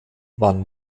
waren